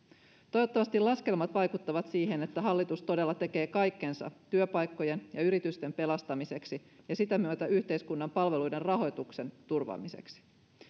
toivottavasti laskelmat vaikuttavat siihen että hallitus todella tekee kaikkensa työpaikkojen ja yritysten pelastamiseksi ja sitä myötä yhteiskunnan palveluiden rahoituksen turvaamiseksi